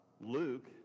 Luke